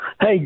Hey